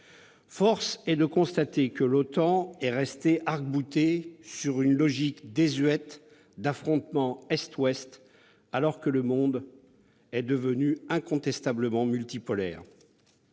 Force est de constater que l'OTAN est restée crispée sur une logique désuète d'affrontement Est-Ouest, alors que le monde est incontestablement devenu multipolaire.